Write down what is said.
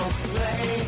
play